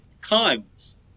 Cons